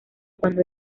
cuando